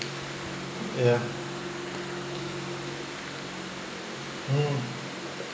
yeah mm